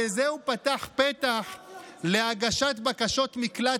אז תבטל אותה, רצינית.